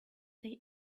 they